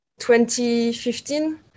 2015